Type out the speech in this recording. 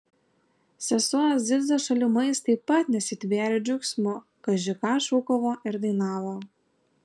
sesuo aziza šalimais taip pat nesitvėrė džiaugsmu kaži ką šūkavo ir dainavo